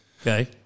Okay